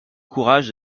courage